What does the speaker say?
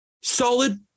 Solid